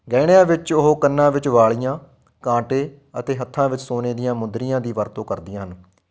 ਗਹਿਣਿਆਂ ਵਿੱਚ ਉਹ ਕੰਨਾਂ ਵਿੱਚ ਵਾਲੀਆਂ ਕਾਂਟੇ ਅਤੇ ਹੱਥਾਂ ਵਿੱਚ ਸੋਨੇ ਦੀਆਂ ਮੁੰਦਰੀਆਂ ਦੀ ਵਰਤੋਂ ਕਰਦੀਆਂ ਹਨ